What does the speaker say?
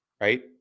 right